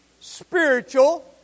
spiritual